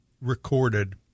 recorded